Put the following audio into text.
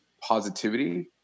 positivity